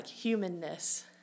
humanness